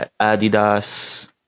Adidas